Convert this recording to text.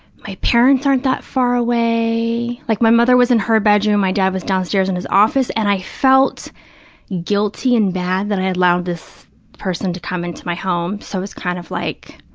my parents aren't that far away. like, my mother was in her bedroom. my dad was downstairs in his office. and i felt guilty and bad that i had allowed this person to come into my home, so i was kind of like.